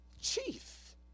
Chief